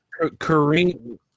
Kareem